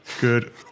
Good